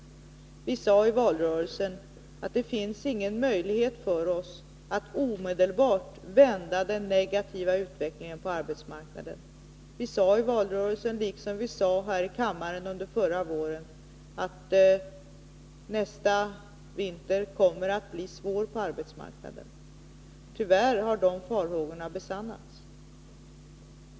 Vi sade i valrörelsen att det inte finns någon möjlighet för oss att omedelbart vända den negativa utvecklingen på arbetsmarknaden. Vi sade i valrörelsen, liksom visade här i kammaren under förra våren, att nästa vinter kommer att bli svår på arbetsmarknaden. Tyvärr har dessa farhågor besannats.